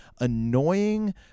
annoying